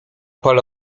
pole